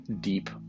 deep